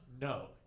No